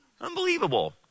Unbelievable